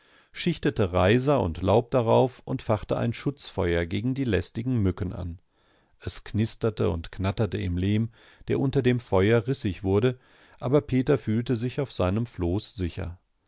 schichtete reiser und laub darauf und fachte ein schutzfeuer gegen die lästigen mücken an es knisterte und knatterte im lehm der unter dem feuer rissig wurde aber peter fühlte sich auf seinem floß sicher